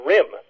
Rim